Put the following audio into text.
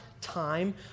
time